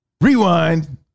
Rewind